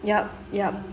yup yup